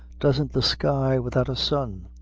doesn't the sky without a sun,